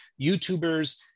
YouTubers